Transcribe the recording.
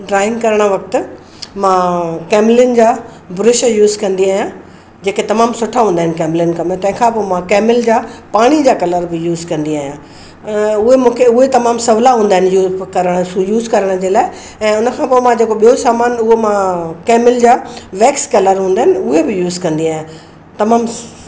drawing करणु वक़्तु मां कैमलिन जा ब्रुश यूस कंदी आहियां जेके तमामु सुठा हूंदा आहिनि कैमलिन कमु तंहिंखां पोइ मां कैमिल जा पाणी जा कलर बि यूस कंदी आहियां उहे मूंखे उहे तमामु सहुला हूंदा आहिनि यूस करणु यूस करण जे लाइ ऐं हुनखां पोइ मां जेको ॿियो सामान उहो मां कैमिल जा वैक्स कलर हूंदा आहिनि उहे बि यूस कंदी आहियां तमामु सु